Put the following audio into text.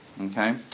okay